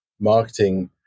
marketing